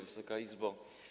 Wysoka Izbo!